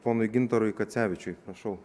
ponui gintarui kacevičiui prašau